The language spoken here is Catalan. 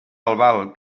albal